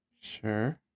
Sure